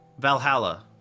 Valhalla